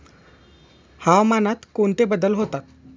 हवामानात कोणते बदल होतात?